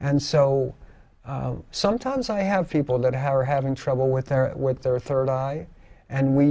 and so sometimes i have people that have are having trouble with their with their third eye and we